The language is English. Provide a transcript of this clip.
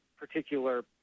particular